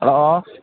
hello